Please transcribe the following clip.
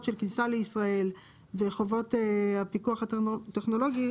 של כניסה לישראל ועל חובות הפיקוח הטכנולוגי,